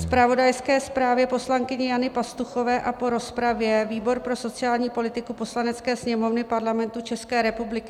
... zpravodajské zprávě poslankyně Jany Pastuchové a po rozpravě výbor pro sociální politiku Poslanecké sněmovny Parlamentu České republiky